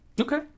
Okay